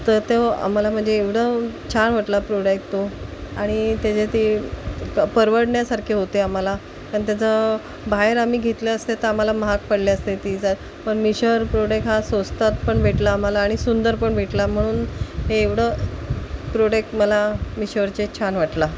तर तो आम्हाला म्हणजे एवढं छान वाटला प्रोडेक् तो आणि त्याच्या ते परवडण्यासारखे होते आम्हाला आणि त्याचं बाहेर आम्ही घेतलं असते तर आम्हाला महाग पडले असते ती जर पण मीशोवर प्रोडेक् हा स्वस्तात पण भेटला आम्हाला आणि सुंदर पण भेटला म्हणून हे एवढं प्रोडेक् मला मिशोवरचे छान वाटला